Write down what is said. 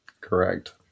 Correct